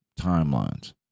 timelines